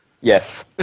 Yes